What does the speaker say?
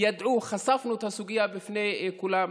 וחשפנו את הסוגיה בפני כולם,